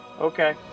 Okay